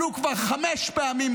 הם עלו כבר חמש פעמים,